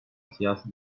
siyasi